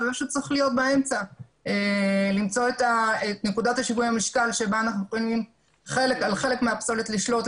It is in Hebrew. צריך למצוא את נקודת שיווי המשקל בה אנחנו יכולים על חלק מהפסולת לשלוט,